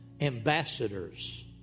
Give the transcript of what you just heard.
ambassadors